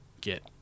get